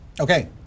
Okay